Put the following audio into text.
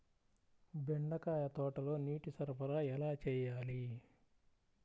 బెండకాయ తోటలో నీటి సరఫరా ఎలా చేయాలి?